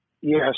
Yes